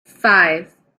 five